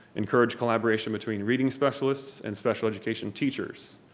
encourage collaboration between reading specialists and special education teachers,